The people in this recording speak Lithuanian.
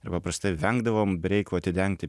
ir paprastai vengdavom be reikalo atidengti